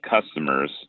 customers